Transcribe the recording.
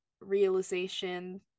realization